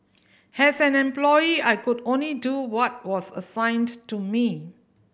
has an employee I could only do what was assigned to me